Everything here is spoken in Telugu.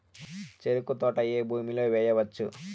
చెరుకు తోట ఏ భూమిలో వేయవచ్చు?